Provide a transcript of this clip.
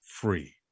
free